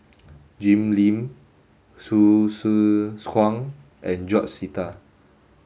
Jim Lim Hsu Tse Kwang and George Sita